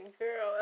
girl